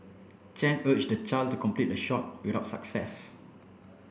Chen urged the child to complete the shot without success